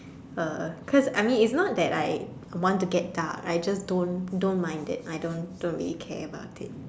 uh cause I mean it's not that I want to get dark I just don't don't mind it I don't don't really care about it